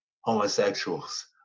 homosexuals